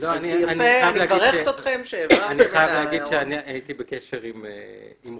אז אני מברכת אתכם שהעברתם את העניין הלאה.